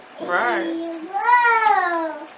Right